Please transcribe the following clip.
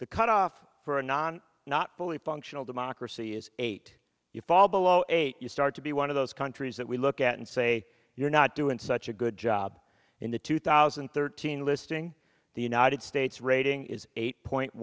the cutoff for a non not fully functional democracy is eight you fall below eight you start to be one of those countries that we look at and say you're not doing such a good job in the two thousand and thirteen listing the united states rating is eight point